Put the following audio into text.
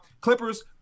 Clippers